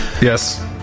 yes